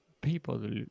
people